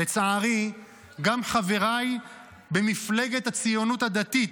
לצערי גם חבריי במפלגת הציונות הדתית